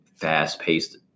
fast-paced